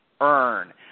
earn